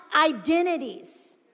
identities